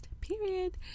period